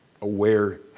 aware